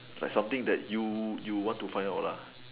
like something that you you want to find out lah